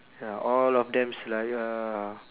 ya all of them is like uh